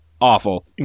awful